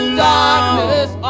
darkness